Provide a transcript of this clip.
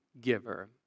giver